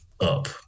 up